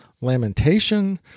lamentation